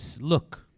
look